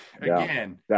again –